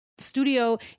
studio